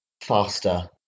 faster